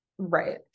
right